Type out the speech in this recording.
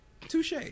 Touche